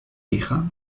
hija